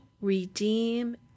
redeem